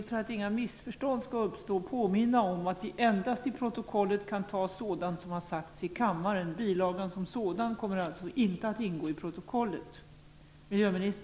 För att inga missförstånd skall uppstå, ministern, vill jag påminna om att vi i protokollet endast kan ta in sådant som har sagts i kammaren. Bilagan som sådan kommer alltså inte att ingå i protokollet.